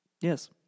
Yes